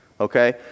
okay